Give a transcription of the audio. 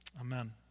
Amen